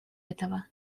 этого